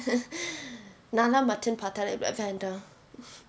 நான் தான்:naan thaan mutton பார்த்தாலே :paarthaale I'll be like வேண்டாம்:vaendaam